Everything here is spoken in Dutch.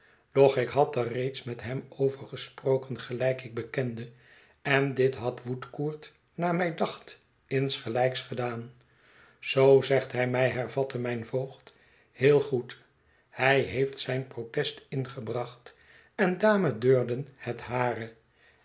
doch ik had er reeds met hem over gesproken gelijk ik bekende en dit had woodcourt naar mij dacht insgelijks gedaan zoo zegt hij mij hervatte mijn voogd heel goed hij heeft zijn protest ingebracht en dame durden het hare